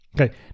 Okay